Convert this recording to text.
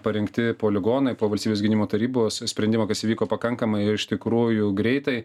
parengti poligonai po valstybės gynimo tarybos sprendimo kas vyko pakankamai iš tikrųjų greitai